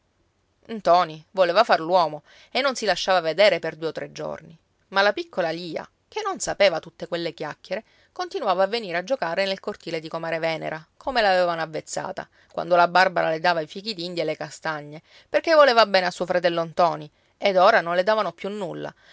ntoni voleva far l'uomo e non si lasciava vedere per due o tre giorni ma la piccola lia che non sapeva tutte quelle chiacchiere continuava a venire a giocare nel cortile di comare venera come l'avevano avvezzata quando la barbara le dava i fichidindia e le castagne perché voleva bene a suo fratello ntoni ed ora non le davano più nulla